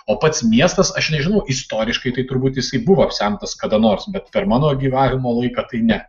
o pats miestas aš nežinau istoriškai tai turbūt jisai buvo apsemtas kada nors bet per mano gyvavimo laiką tai ne